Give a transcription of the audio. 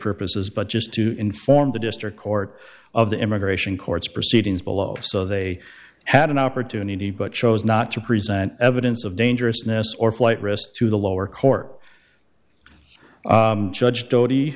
purposes but just to inform the district court of the immigration courts proceedings below so they had an opportunity but chose not to present evidence of dangerousness or flight risk to the lower court judge